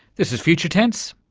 this is future tense,